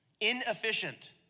Inefficient